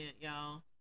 y'all